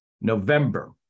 November